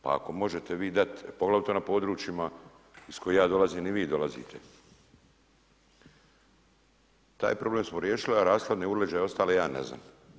Pa ako vi možete dati, poglavito na područjima iz kojeg ja dolazim i vi dolazite, taj problem smo riješili a rashladni uređaji ostali ja ne znam.